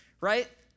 right